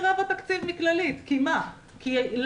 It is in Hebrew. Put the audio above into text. סקירת מנכ"לית קופת חולים מאוחדת הגב' סיגל רגב רוזנברג לחברי הוועדה,